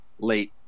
late